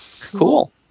Cool